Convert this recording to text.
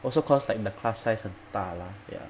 also cause like the class size 很大啦 ya